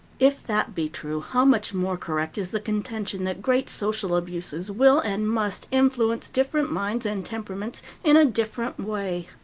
if that be true, how much more correct is the contention that great social abuses will and must influence different minds and temperaments in a different way.